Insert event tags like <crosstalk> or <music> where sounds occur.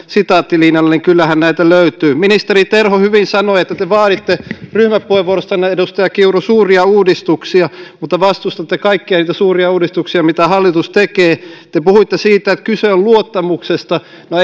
<unintelligible> sitaattilinjalle niin kyllähän näitä löytyy ministeri terho hyvin sanoi että te vaaditte ryhmäpuheenvuorossanne edustaja kiuru suuria uudistuksia mutta vastustatte kaikkia niitä suuria uudistuksia mitä hallitus tekee te puhuitte siitä että kyse on luottamuksesta no <unintelligible>